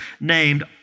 named